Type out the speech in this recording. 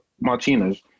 Martinez